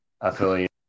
affiliate